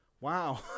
Wow